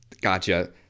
Gotcha